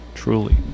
truly